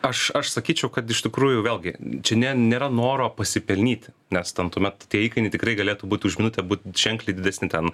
aš aš sakyčiau kad iš tikrųjų vėlgi čia ne nėra noro pasipelnyti nes ten tuomet tie įkainiai tikrai galėtų būt už minutę būt ženkliai didesni ten